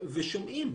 ושומעים,